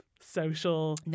social